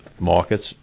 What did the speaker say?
markets